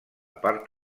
part